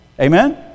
Amen